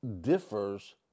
differs